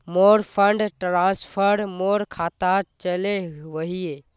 मोर fund transfer मोर खातात चले वहिये